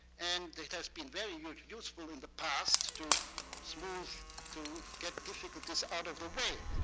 and it has been very useful in the past to smooth to get difficulties out of the way.